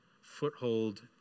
foothold